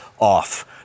off